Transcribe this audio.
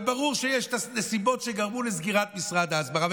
וברור שיש נסיבות שגרמו לסגירת משרד ההסברה,